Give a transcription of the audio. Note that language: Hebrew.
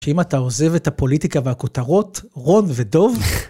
שאם אתה עוזב את הפוליטיקה והכותרות, רון ודוב.